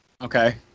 Okay